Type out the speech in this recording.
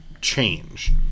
change